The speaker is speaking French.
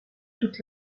toute